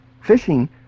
Fishing